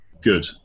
good